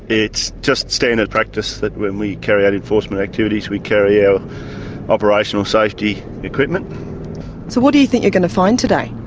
it's just standard practice that when we carry out enforcement activities we carry our operational safety equipment. so what do you think you're going to find today?